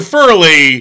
Furley